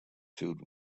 filled